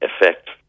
effect